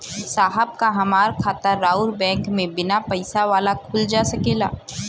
साहब का हमार खाता राऊर बैंक में बीना पैसा वाला खुल जा सकेला?